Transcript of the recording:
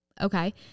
okay